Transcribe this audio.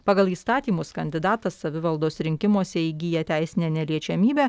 pagal įstatymus kandidatas savivaldos rinkimuose įgyja teisinę neliečiamybę